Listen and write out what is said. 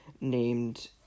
named